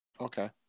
Okay